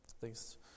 Thanks